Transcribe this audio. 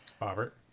Robert